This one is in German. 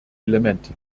element